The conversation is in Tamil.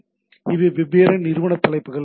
இவை வெவ்வேறு நிறுவன தலைப்புகள் கொண்டுள்ளது